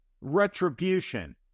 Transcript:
retribution